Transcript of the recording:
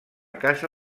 casa